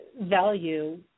value